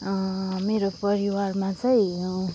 मेरो परिवारमा चाहिँ